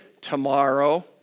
Tomorrow